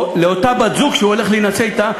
או לאותה בת-זוג שהוא הולך להינשא לה,